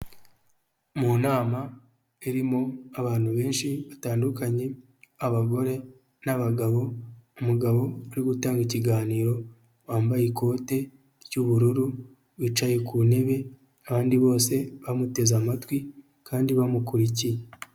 Mu nama irimo abantu benshi batandukanye abagore n'abagabo, umugabo ari gutanga ikiganiro yambaye ikote ry'ubururu yicaye ku ntebe abandi bose bamuteze amatwi kandi bamukurikiye.